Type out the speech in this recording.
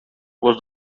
was